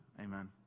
Amen